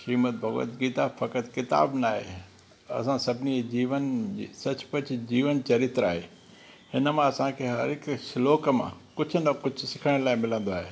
श्रीमद भॻवत गीता फ़क़ति क़िताबु नाहे असां सभिनी जीवन जी सचुपचु जीवन चरित्र आहे हिन मां असांखे हर हिकु श्लोक मां कुझु न कुझु सिखण लाइ मिलंदो आहे